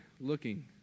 looking